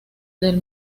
del